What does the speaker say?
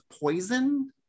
poison